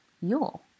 Yule